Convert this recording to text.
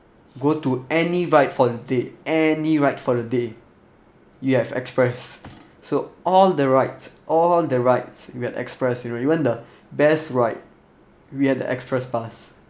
go to any ride for the day any ride for the day you have express so all the rides all the rides we had express you know even the best ride we had the express pass